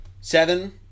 Seven